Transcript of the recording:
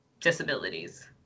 disabilities